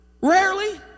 rarely